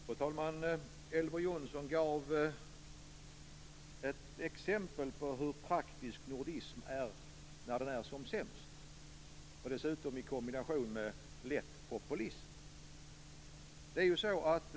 Fru talman! Elver Jonsson gav ett exempel på hur praktisk nordism är när den är som sämst - dessutom i kombination med lätt populism.